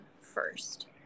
first